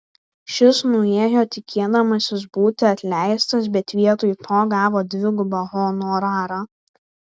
šis nuėjo tikėdamasis būti atleistas bet vietoj to gavo dvigubą honorarą